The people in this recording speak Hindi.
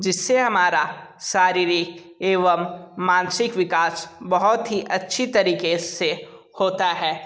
जिस से हमारा शारीरिक एवं मानसिक विकास बहुत ही अच्छे तरीक़े से होता है